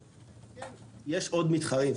יש עוד מתחרים,